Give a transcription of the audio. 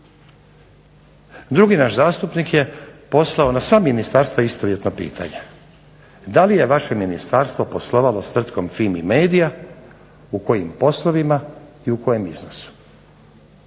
Drugi naš zastupnik je poslao na sva ministarstva istovjetno pitanje, da li je vaše Ministarstvo poslovalo s tvrtkom FIMI medija u kojim poslovima i u kojem iznosu.